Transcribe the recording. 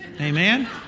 Amen